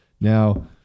Now